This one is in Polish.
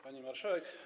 Pani Marszałek!